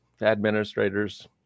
administrators